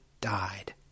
died